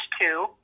two